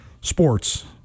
sports